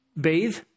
bathe